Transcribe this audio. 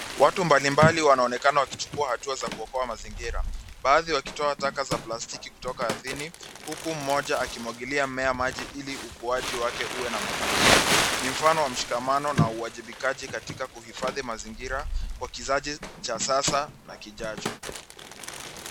Watu mbalimbali wanaonekana wakichukua hatua za kuokoa mazingira baadhi yao wakitoa taka za plastiki kutoka ardhini huku mmoja akimwagilia mmea maji ili ukuaji wake uwe na mafanikio. Ni mfano wa mshikamano na uwajibikaji katika kuhifadhi mazingira kwa kizazi cha sasa na kijacho.